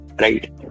right